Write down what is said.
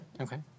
Okay